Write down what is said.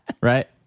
Right